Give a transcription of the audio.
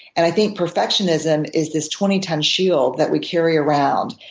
and i think perfectionism is this twenty ton shield that we carry around.